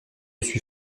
suis